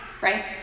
right